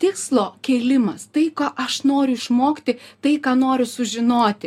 tikslo kėlimas tai ką aš noriu išmokti tai ką noriu sužinoti